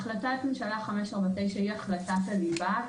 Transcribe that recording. החלטת ממשלה 549 היא החלטת הליבה,